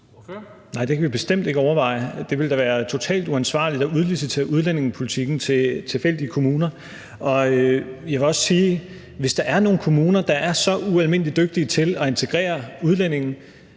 det kan vi bestemt ikke overveje. Det ville da være totalt uansvarligt at udlicitere udlændingepolitikken til tilfældige kommuner, og jeg vil også sige, at hvis der er nogen kommuner, der er så ualmindelig dygtige til at integrere udlændinge,